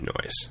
noise